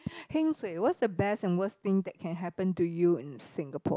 heng suay what's the best and worst thing that can happen to you in Singapore